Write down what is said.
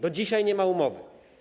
Do dzisiaj nie ma umowy.